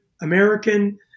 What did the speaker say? American